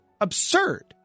absurd